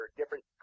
different